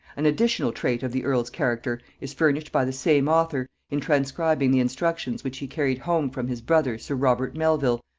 an additional trait of the earl's character is furnished by the same author, in transcribing the instructions which he carried home from his brother sir robert melvil,